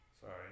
Sorry